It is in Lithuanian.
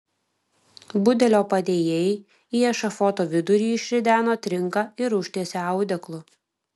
budelio padėjėjai į ešafoto vidurį išrideno trinką ir užtiesė audeklu